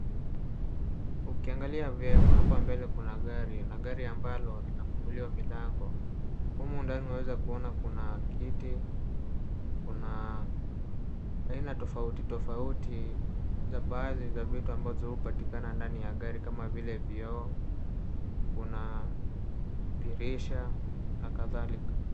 Ukiangalia vyema hapa mbele kuna gari, gari ambalo limefunguliwa milango. Humu ndani unaweza kuona kuna viti aina tofauti tofauti ya baadhi ya vitu ambazo hupatikana ndani ya gari kama vile vioo, kuna dirisha na kadhalika.